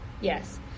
yes